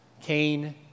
Cain